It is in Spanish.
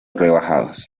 rebajados